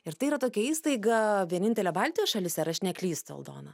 ir tai yra tokia įstaiga vienintelė baltijos šalyse ar aš neklystu aldona